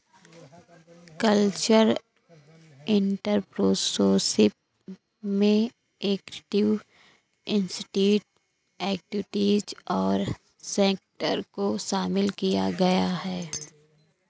cultural entrepreneurship में creative industry activities और sector को शामिल किया गया है